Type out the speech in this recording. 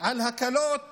על הקלות